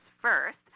first